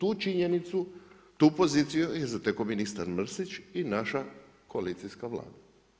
Tu činjenicu, tu poziciju je zatekao ministar Mrsić i naša koalicijska Vlada.